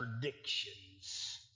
predictions